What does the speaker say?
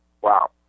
wow